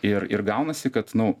ir ir gaunasi kad nu